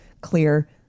clear